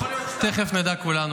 יכול להיות שאתה --- תכף נדע כולנו.